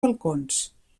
balcons